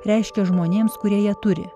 reiškia žmonėms kurie ją turi